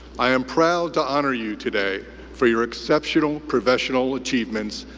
i am proud to honor you today for your exceptional professional achievements,